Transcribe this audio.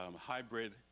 hybrid